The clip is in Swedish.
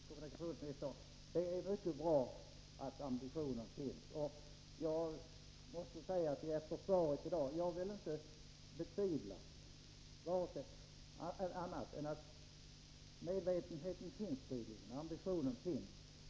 Herr talman! Herr kommunikationsminister, det är mycket bra att ambitioner finns. Efter det svar som jag har fått i dag vill jag inte betvivla att medvetenheten och ambitionen tydligen finns.